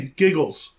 giggles